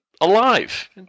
alive